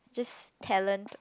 just talent